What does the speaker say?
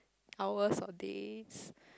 hours or days